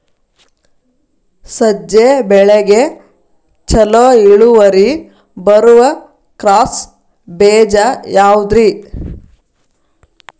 ಸಜ್ಜೆ ಬೆಳೆಗೆ ಛಲೋ ಇಳುವರಿ ಬರುವ ಕ್ರಾಸ್ ಬೇಜ ಯಾವುದ್ರಿ?